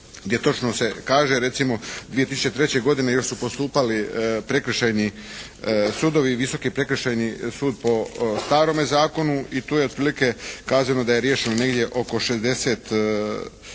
gdje točno se kaže recimo 2003. godine još su postupali prekršajni sudovi, Visoki prekršajni sud po starome zakonu i tu je otprilike kazano da je riješeno oko 65 tisuća